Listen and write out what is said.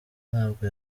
ntabwo